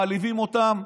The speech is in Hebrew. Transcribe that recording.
מעליבים אותם,